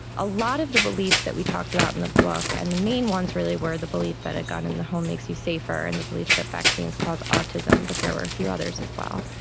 a lot of the beliefs that we talked about in the book, and the main ones really were the belief that a gun in the home makes you safer, and the belief that vaccines cause autism, but there were a few others as well,